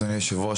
אדוני היושב-ראש,